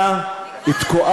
הזמן שלנו